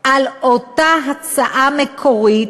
על אותה הצעה מקורית,